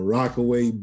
Rockaway